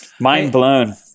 mind-blown